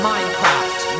Minecraft